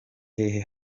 hehe